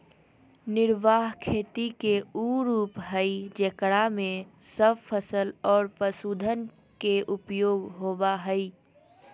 निर्वाह खेती के उ रूप हइ जेकरा में सब फसल और पशुधन के उपयोग होबा हइ